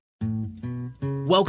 Welcome